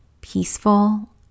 peaceful